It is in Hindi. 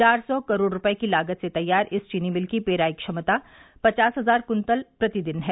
चार सौ करोड़ रूपये की लागत से तैयार इस चीनी मिल की पेराई क्षमता पचास हजार कृंतल प्रतिदिन है